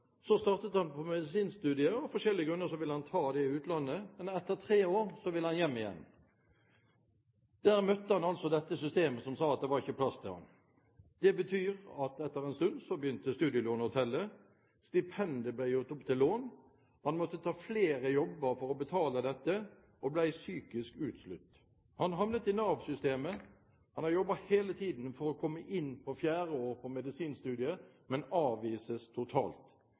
så startet han på medisinstudiet, og av forskjellige grunner ville han ta det i utlandet. Men etter tre år ville han hjem igjen. Der møtte han altså dette systemet, hvor det sies at det ikke var plass til ham. Det betyr at etter en stund begynte studielånet å telle, stipendiet ble gjort om til lån, og han måtte ta flere jobber for å betale dette og ble psykisk utslitt. Han havnet i Nav-systemet. Han har hele tiden jobbet for å komme inn på fjerde år på medisinstudiet, men avvises totalt.